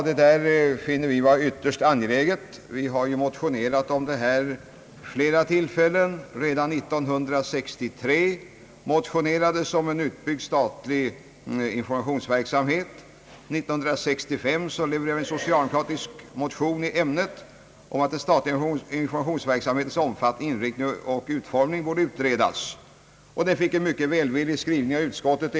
Detta finner vi vara ytterst angeläget. Vi har ju motionerat om detta vid flera tillfällen. Redan 1963 motionerades om en utbyggd statlig informationsverksamhet, och 1965 väcktes en socialdemokratisk motion om att den statliga informationsverksamhetens omfattning, inriktning och utformning borde utredas. Det blev även då en mycket välvillig skrivning av utskottet.